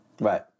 Right